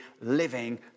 living